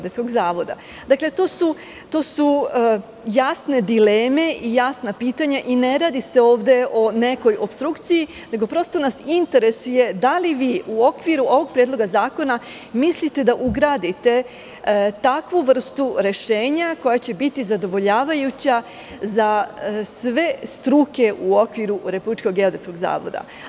Dakle, to su jasne dileme i jasna pitanja i ne radi se ovde o nekoj opstrukciji, nego nas prosto interesuje da li vi u okviru ovog Predloga zakona mislite da ugradite takvu vrstu rešenja koja će biti zadovoljavajuća za sve struke u okviru RGZ?